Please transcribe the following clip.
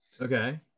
Okay